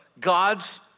God's